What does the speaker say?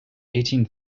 eighteen